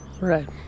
Right